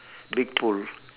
big pool